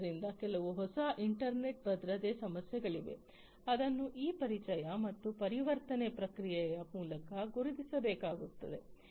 ಆದ್ದರಿಂದ ಕೆಲವು ಹೊಸ ಇಂಟರ್ನೆಟ್ ಭದ್ರತಾ ಸಮಸ್ಯೆಗಳಿವೆ ಅದನ್ನು ಈ ಪರಿಚಯ ಮತ್ತು ಪರಿವರ್ತನೆ ಪ್ರಕ್ರಿಯೆಯ ಮೂಲಕ ಗುರುತಿಸಬೇಕಾಗುತ್ತದೆ